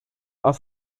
are